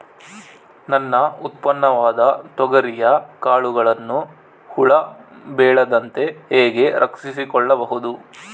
ನನ್ನ ಉತ್ಪನ್ನವಾದ ತೊಗರಿಯ ಕಾಳುಗಳನ್ನು ಹುಳ ಬೇಳದಂತೆ ಹೇಗೆ ರಕ್ಷಿಸಿಕೊಳ್ಳಬಹುದು?